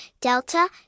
Delta